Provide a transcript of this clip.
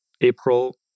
april